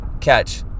catch